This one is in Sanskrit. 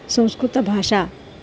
संस्कृतभाषा